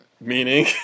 meaning